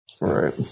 Right